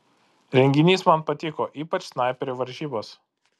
renginys man patiko ypač snaiperių varžybos